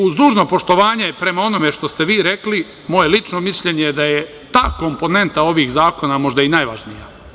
Uz dužno poštovanje prema onome što ste vi rekli, moje lično mišljenje je da je ta komponenta ovih zakona možda i najvažnija.